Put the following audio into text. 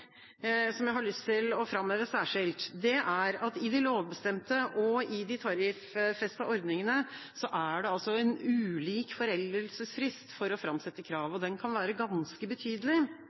som jeg har lyst til å framheve særskilt, er at i de lovbestemte og i de tariffestede ordningene er det en ulik foreldelsesfrist for å framsette krav, og den kan være ganske betydelig.